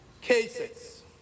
cases